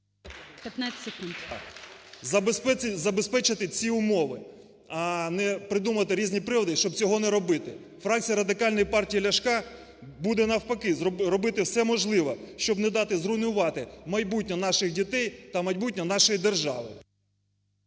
Д.О. … забезпечити ці умови, а не придумувати різні приводи, щоб цього не робити. Фракція Радикальної партії Ляшка буде навпаки робити все можливе, щоб не дати зруйнувати майбутнє наших дітей та майбутнє нашої держави.